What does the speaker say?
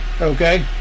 Okay